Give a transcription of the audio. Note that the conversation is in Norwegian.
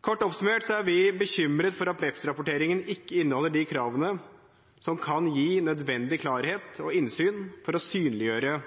Kort oppsummert er vi bekymret for at BEPS-rapporteringen ikke inneholder de kravene som kan gi nødvendig klarhet og innsyn for å synliggjøre